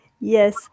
Yes